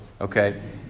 okay